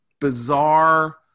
bizarre